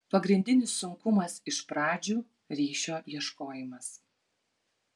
pagrindinis sunkumas iš pradžių ryšio ieškojimas